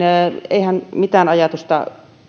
eihän mitään ajatusta